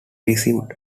received